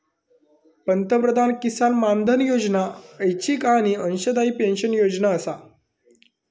पंतप्रधान किसान मानधन योजना ऐच्छिक आणि अंशदायी पेन्शन योजना आसा